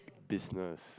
business